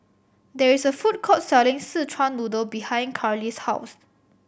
there is a food court selling Szechuan Noodle behind Karlie's house